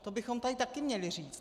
To bychom tady také měli říct.